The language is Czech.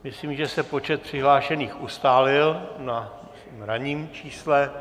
Myslím, že se počet přihlášených ustálil na ranním čísle.